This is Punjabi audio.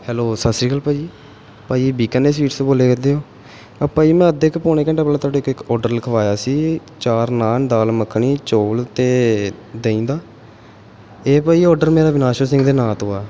ਹੈਲੋ ਸਤਿ ਸ਼੍ਰੀ ਅਕਾਲ ਭਾਅ ਜੀ ਭਾਅ ਜੀ ਬੀਕਾਨੇਰ ਸਵੀਟਸ ਤੋਂ ਬੋਲਿਆ ਕਰਦੇ ਹੋ ਆ ਭਾਅ ਜੀ ਮੈਂ ਅੱਧੇ ਕੁ ਪੌਣੇ ਘੰਟੇ ਪਹਿਲਾਂ ਤੁਹਾਡੇ ਕੋਲ ਇੱਕ ਔਡਰ ਲਿਖਵਾਇਆ ਸੀ ਚਾਰ ਨਾਨ ਦਾਲ ਮੱਖਣੀ ਚੋਲ ਅਤੇ ਦਹੀਂ ਦਾ ਇਹ ਭਾਅ ਜੀ ਔਡਰ ਮੇਰਾ ਵਿਨਾਸ਼ਾ ਸਿੰਘ ਦੇ ਨਾਂ ਤੋਂ ਆ